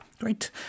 Great